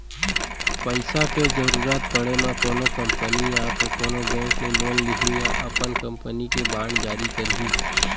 पइसा के जरुरत पड़े म कोनो कंपनी या तो कोनो बेंक ले लोन लिही या अपन कंपनी के बांड जारी करही